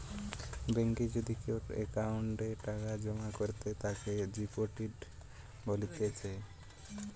বেঙ্কে যদি কেও অ্যাকাউন্টে টাকা জমা করে তাকে ডিপোজিট বলতিছে